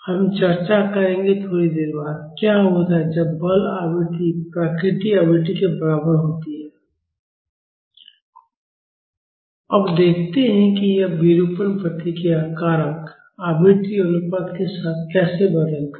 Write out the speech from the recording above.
हम चर्चा करेंगे थोड़ी देर बाद क्या होता है जब बल आवृत्ति प्राकृतिक आवृत्ति के बराबर होती है तो अब देखते हैं कि यह विरूपण प्रतिक्रिया कारक आवृत्ति अनुपात के साथ कैसे बदलता है